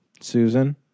Susan